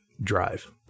drive